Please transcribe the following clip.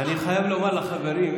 אני חייב לומר לחברים,